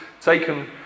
taken